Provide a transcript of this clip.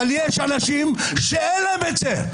אבל יש אנשים שאין להם את זה.